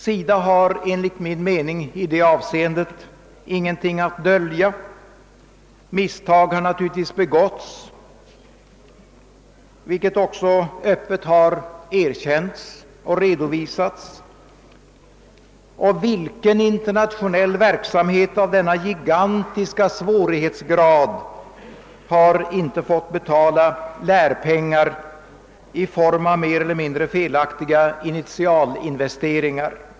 SIDA har enligt min mening i detta avseende ingenting att dölja. Misstag har naturligtvis begåtts, vilket också öppet har erkänts och redovisats. Men vilken internationell verksamhet av denna gigantiska svårighetsgrad har inte fått betala lärpengar i form av mer eller mindre felaktiga initialinvesteringar?